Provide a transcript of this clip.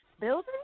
building